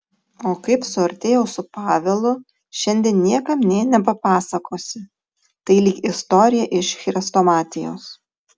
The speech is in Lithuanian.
o kaip suartėjau su pavelu šiandien niekam nė nepapasakosi tai lyg istorija iš chrestomatijos